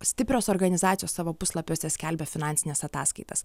stiprios organizacijos savo puslapiuose skelbia finansines ataskaitas